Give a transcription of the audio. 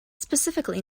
specifically